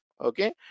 okay